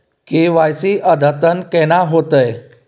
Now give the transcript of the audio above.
KYC अद्यतन केना होतै?